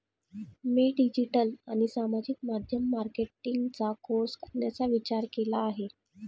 मी digital आणि सामाजिक माध्यम मार्केटिंगचा कोर्स करण्याचा विचार केला आहे